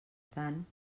tant